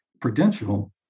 Prudential